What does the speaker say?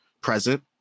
present